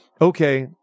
okay